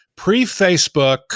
pre-Facebook